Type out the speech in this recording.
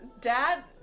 dad